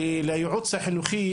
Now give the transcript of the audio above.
הייעוץ החינוכי,